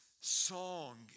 song